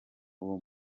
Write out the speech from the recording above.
uwo